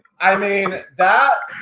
i mean that,